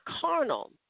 carnal